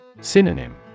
Synonym